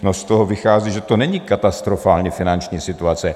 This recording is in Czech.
Z toho vychází, že to není katastrofální finanční situace.